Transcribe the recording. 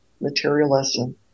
materialism